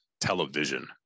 television